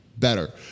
better